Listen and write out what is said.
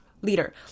leader